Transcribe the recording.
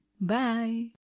Bye